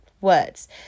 words